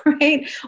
right